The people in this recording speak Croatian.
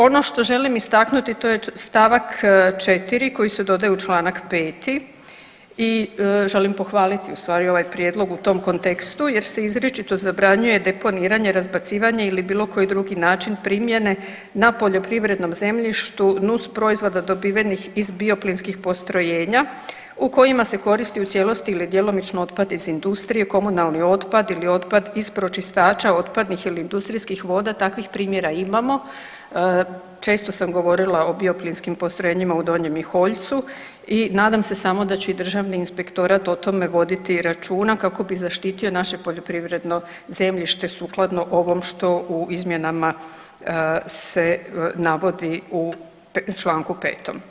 Ono što želim istaknuti to je st. 4. koji se dodaje u čl. 5.i želim pohvaliti ustvari ovaj prijedlog u tom kontekstu jer se izričito zabranjuje deponiranje, razbacivanje ili bilo koji drugi način primjene na poljoprivrednom zemljištu nusproizvoda dobivenih iz bioplinskih postrojenja u kojima se koristi u cijelosti ili djelomično otpad iz industrije, komunalni otpad ili otpad iz pročistača otpadnih ili industrijskih voda, Takvih primjera imamo često sam govorila o bioplinskim postrojenjima u Donjem Miholjcu i nadam se samo da će i državni inspektorat o tome voditi računa kako bi zaštitio naše poljoprivredno zemljište sukladno ovom što u izmjenama se navodi u čl. 5.